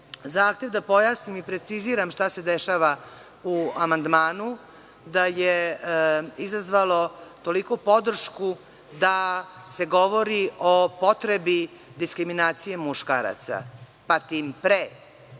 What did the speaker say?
zahtev da pojasnim i preciziram šta se dešava u amandmanu, da je izazvalo toliku podršku da se govori o potrebi diskriminacije muškaraca, a tim pre